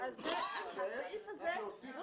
בסעיף הזה אנחנו עוסקים